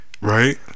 Right